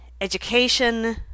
education